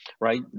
right